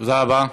תודה רבה.